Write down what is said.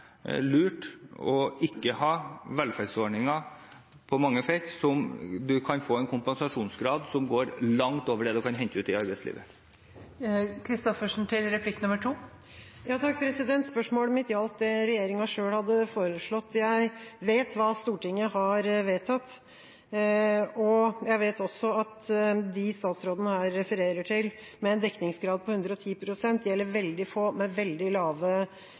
lurt ikke å ha velferdsordninger hvor man på mange felt kan få en kompensasjonsgrad som gjør at ytelsene blir langt høyere enn det man kan hente ut i arbeidslivet. Spørsmålet mitt gjaldt det regjeringa sjøl hadde foreslått. Jeg vet hva Stortinget har vedtatt, og jeg vet også at de som statsråden her refererer til at har en kompensasjonsgrad på 110 pst., gjelder veldig få med veldig lave